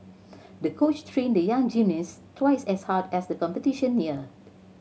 the coach trained the young gymnast twice as hard as the competition neared